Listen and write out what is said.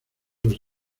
los